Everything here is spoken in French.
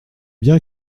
bien